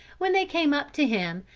when they came up to him,